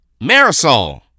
Marisol